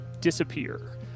disappear